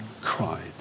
cried